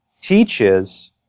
teaches